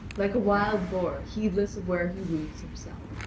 like a wild boar heedless of where he wounds himself.